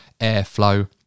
airflow